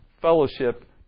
fellowship